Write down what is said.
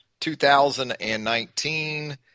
2019